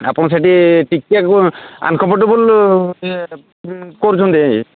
ଆପଣ ସେଠି ଟିକେ ଅନକମ୍ଫର୍ଟେବୁଲ୍ କରୁଛନ୍ତି